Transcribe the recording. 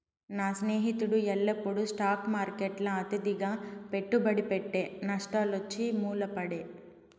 నా స్నేహితుడు ఎల్లప్పుడూ స్టాక్ మార్కెట్ల అతిగా పెట్టుబడి పెట్టె, నష్టాలొచ్చి మూల పడే